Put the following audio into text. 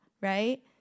right